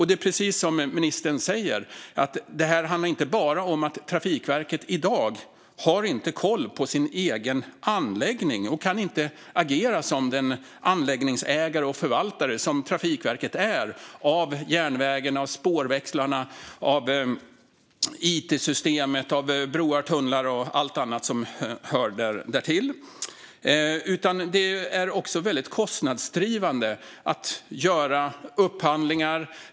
Det är precis som ministern säger att det här inte bara handlar om att Trafikverket i dag inte har koll på sin egen anläggning och inte kan agera som den anläggningsägare och förvaltare som Trafikverket är av järnvägen, spårväxlarna, it-system, broar, tunnlar och allt annat som hör därtill. Det är också väldigt kostnadsdrivande att göra upphandlingar.